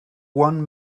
one